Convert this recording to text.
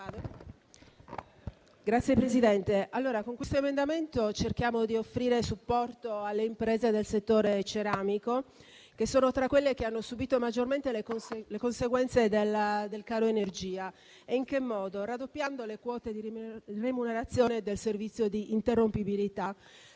l'emendamento 13.21, con il qualecerchiamo di offrire supporto alle imprese del settore ceramico, che sono tra quelle che hanno subito maggiormente le conseguenze del caro energia raddoppiando le quote di remunerazione del servizio di interrompibilità.